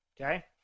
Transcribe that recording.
Okay